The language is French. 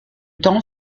temps